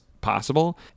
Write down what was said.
possible